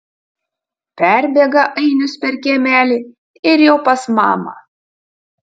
perbėga ainius per kiemelį ir jau pas mamą